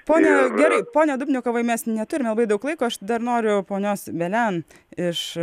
pone gerai pone dubnikovai mes neturime labai daug laiko aš dar noriu ponios velen iš